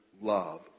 love